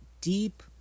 deep